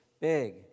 Big